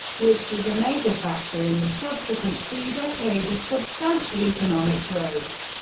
which was a major factor in the subsequent three decades of substantial economic growth.